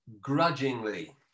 grudgingly